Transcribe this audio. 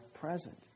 present